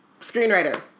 screenwriter